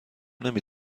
نمی